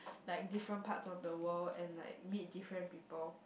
like different parts of the world and like meet different people